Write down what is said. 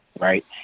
right